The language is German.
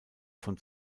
von